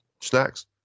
snacks